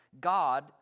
God